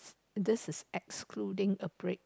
this is excluding a break